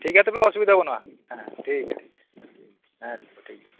ᱴᱷᱤᱠ ᱜᱮᱭᱟ ᱛᱚᱵᱮ ᱚᱥᱩᱵᱤᱫᱟ ᱵᱟᱱᱩᱜᱼᱟ ᱦᱮᱸ ᱴᱷᱤᱠ ᱜᱮᱭᱟ ᱦᱮᱸ ᱛᱚᱵᱮ ᱴᱷᱤᱠ ᱜᱮᱭᱟ